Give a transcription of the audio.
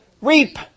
reap